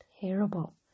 terrible